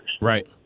Right